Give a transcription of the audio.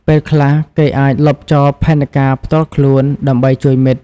ពេលខ្លះ គេអាចលុបចោលផែនការផ្ទាល់ខ្លួន ដើម្បីជួយមិត្ត។